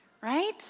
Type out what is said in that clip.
right